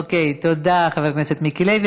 אוקיי, תודה, חבר הכנסת מיקי לוי.